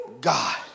God